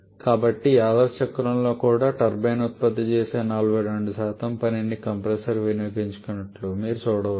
కాబట్టి ఈ ఆదర్శ చక్రంలో కూడా టర్బైన్ ఉత్పత్తి చేసే 42 పనిని కంప్రెసర్ వినియోగించినట్లు మీరు చూడవచ్చు